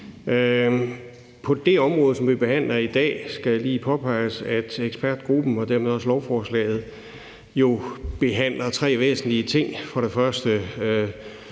På det område, som vi behandler i dag, skal det lige påpeges, at ekspertgruppen og dermed også lovforslaget jo behandler tre væsentlige ting: